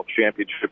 championship